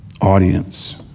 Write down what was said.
audience